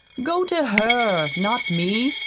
go to her, not me.